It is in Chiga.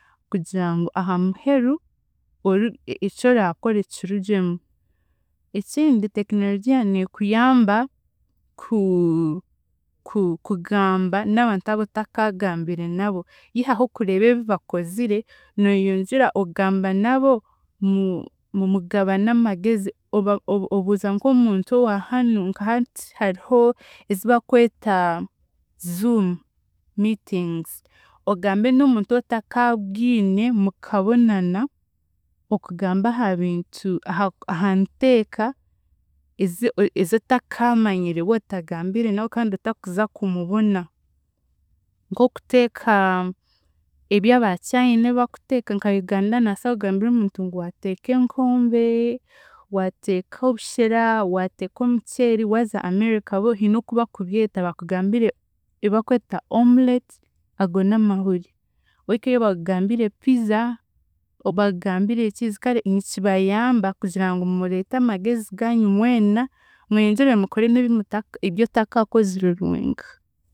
Kugira ngu ahaamuheru oru- eki oraakore kirugyemu. Ekindi tekinorogia neekuyamba ku- ku- kugamba n'abantu abu otakagambire nabo yihaho okureeba ebi bakozire, nooyongyera ogamba nabo mu- mugabana amagezi oba obu- obuuza nk'omuntu owaahanu nka hati hariho ezibakweta zoom meetings, ogambe n'omuntu wootakaabwine mukabonana, mukagamba aha bintu ahaku aha nteeka, ezi ezootakaamanyire wootagambire nawe kandi otakuza kumubona nk'okuteeka ebya aba Chine ebi bakuteeka nka Uganda naasa kugambira omuntu ngu ateeke enkombe, waateeka obushera, waateeka, waateeka omucheeri, waaza America bo hiine oku bakubyeta bakugambire ei bakweta omelette ago n'amahuri, ohikeyo bakugambire pizza, obakugambire ki kare nikibayamba kugira ngu mureete amagezi gaanyu mwena mweyongyere mukore n'ebi ebyotakaakozire oriwenka.